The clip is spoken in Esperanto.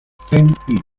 sentime